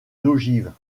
d’ogives